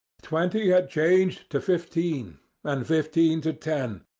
twenty had changed to fifteen and fifteen to ten,